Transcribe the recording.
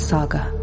Saga